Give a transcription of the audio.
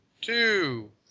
two